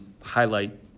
highlight